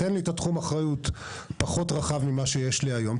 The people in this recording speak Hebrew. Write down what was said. תן לי את תחום אחריות פחות רחב ממה שיש לי היום,